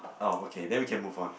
oh okay then we can move on